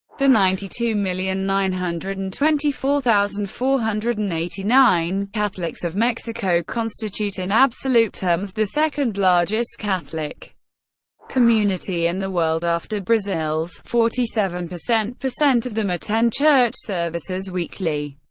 the ninety two million nine hundred and twenty four thousand four hundred and eighty nine catholics of mexico constitute in absolute terms the second largest catholic community in the world, after brazil's. forty seven percent percent of them attend church services weekly.